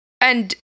And-